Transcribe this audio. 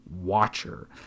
watcher